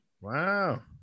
Wow